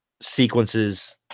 sequences